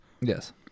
yes